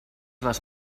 les